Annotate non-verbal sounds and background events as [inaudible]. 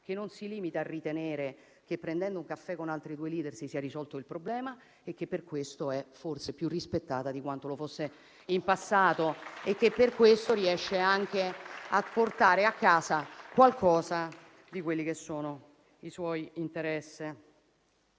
che non si limita a ritenere che, prendendo un caffè con altri due *leader*, si sia risolto il problema e che per questo è forse più rispettata di quanto lo fosse in passato. [applause] E che per questo riesce anche a portare a casa qualcosa di quelli che sono i suoi interessi.